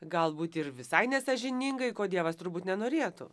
galbūt ir visai nesąžiningai ko dievas turbūt nenorėtų